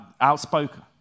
outspoken